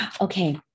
Okay